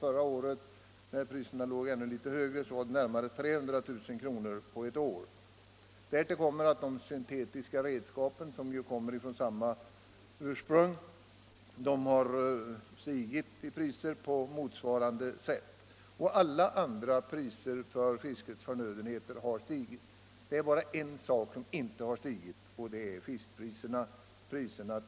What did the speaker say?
Förra året då priserna låg ännu litet högre var det närmare 300 000 kr. Därtill kommer att de syntetiska redskapen, som ju har samma ursprung, har stigit i pris på motsvarande sätt. Alla andra priser på fiskets förnödenheter stiger också. Det är bara en sak som inte har stigit, och det är fiskpriset till fiskaren.